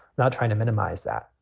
not trying to minimize that.